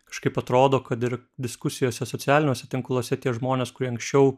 kažkaip atrodo kad ir diskusijose socialiniuose tinkluose tie žmonės kurie anksčiau